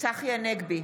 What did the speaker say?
צחי הנגבי,